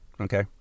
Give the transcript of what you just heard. okay